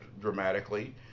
dramatically